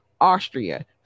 Austria